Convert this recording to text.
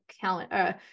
calendar